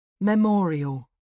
memorial